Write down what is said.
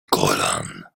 kolan